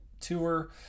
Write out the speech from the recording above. tour